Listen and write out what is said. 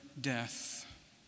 death